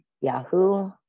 Yahoo